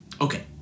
Okay